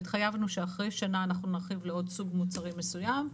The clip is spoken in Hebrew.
התחייבנו שאחרי שנה אנחנו נרחיב לעוד סוג מוצרים מסוים,